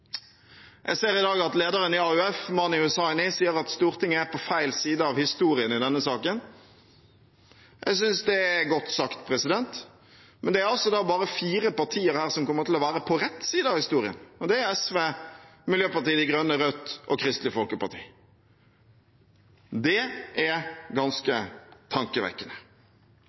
Jeg ser i dag at lederen i AUF, Mani Hussaini, sier at Stortinget er på feil side av historien i denne saken. Jeg synes det er godt sagt. Men det er altså bare fire partier her som kommer til å være på rett side av historien, og det er SV, Miljøpartiet De Grønne, Rødt og Kristelig Folkeparti. Det er ganske tankevekkende.